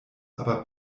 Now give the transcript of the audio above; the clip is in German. aber